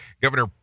Governor